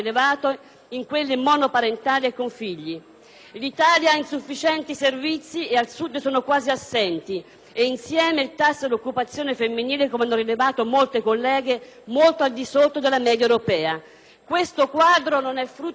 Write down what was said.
L'Italia ha insufficienti servizi e al Sud sono quasi assenti; inoltre, ha il tasso di occupazione femminile - come hanno rilevato molte colleghe - molto al di sotto della media europea. Questo quadro non è il frutto del caso (ed anche oggi l'UNICEF ci ricorda